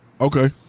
Okay